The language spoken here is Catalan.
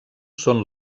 són